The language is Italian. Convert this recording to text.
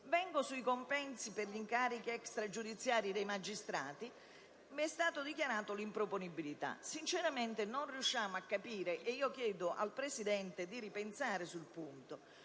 sui compensi per gli incarichi extragiudiziari dei magistrati, di cui è stata dichiarata l'improponibilità. Sinceramente, non riusciamo a comprenderne le ragioni e chiedo al Presidente di ripensare sul punto,